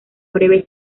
breve